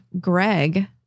Greg